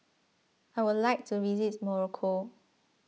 I would like to visit Morocco